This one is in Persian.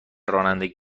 رانندگی